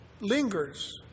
lingers